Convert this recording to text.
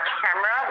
camera